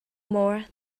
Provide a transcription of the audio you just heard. more